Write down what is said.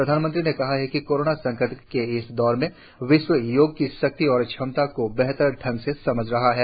प्रधानमंत्री ने कहा कि कोरोना संकट के इस दौर में विश्व योग की शक्ति और क्षमता को बेहतर ढंग से समझ रहा है